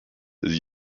his